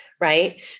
Right